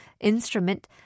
instrument